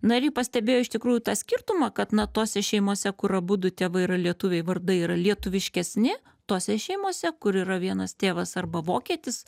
na ir ji pastebėjo iš tikrųjų tą skirtumą kad na tose šeimose kur abudu tėvai yra lietuviai vardai yra lietuviškesni tose šeimose kur yra vienas tėvas arba vokietis